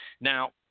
Now